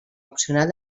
opcional